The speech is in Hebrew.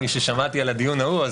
מששמעתי על הדיון ההוא,